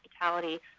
hospitality